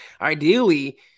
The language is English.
ideally